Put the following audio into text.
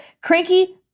cranky